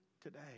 today